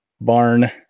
barn